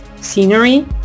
scenery